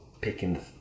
picking